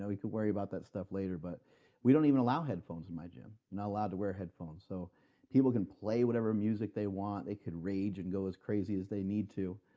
know? you can worry about that stuff later but we don't even allow headphones in my gym. you're not allowed to wear headphones. so people can play whatever music they want, they could rage and go as crazy as they need to,